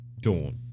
dawn